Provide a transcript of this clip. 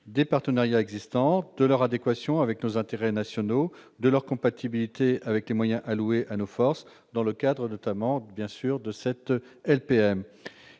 des partenariats existants, de leur adéquation avec nos intérêts nationaux et de leur compatibilité avec les moyens alloués à nos forces dans le cadre de la LPM.